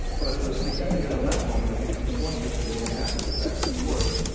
but it was significant on that moment. it becomes more significant after the fact, of course,